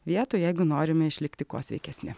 vietų jeigu norime išlikti kuo sveikesni